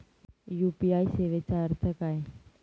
UPI सेवेचा अर्थ काय?